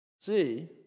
see